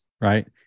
right